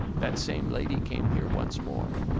that same lady came here once more,